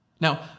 Now